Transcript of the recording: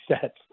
sets